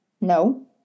no